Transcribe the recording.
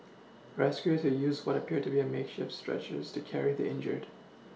rescuers to used what appeared to be a makeshift stretchers to carry the injured